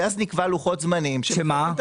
ואז נקבע לוחות זמנים שמחייבים את